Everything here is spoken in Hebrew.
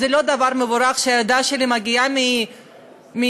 זה לא דבר מבורך שהילדה שלי מגיעה מהגן,